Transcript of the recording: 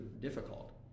difficult